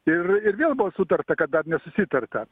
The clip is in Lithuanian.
ir ir vėl buvo sutarta kad dar nesusitarta